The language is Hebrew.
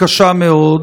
כן.